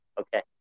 Okay